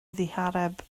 ddihareb